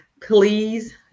Please